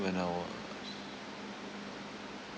when I was